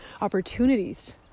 opportunities